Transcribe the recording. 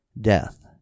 death